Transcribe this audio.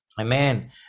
Amen